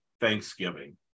thanksgiving